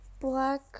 black